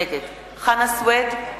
נגד חנא סוייד,